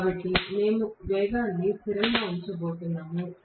కాబట్టి మేము వేగాన్ని స్థిరంగా ఉంచబోతున్నాము